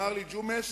אמר לי: ג'ומס,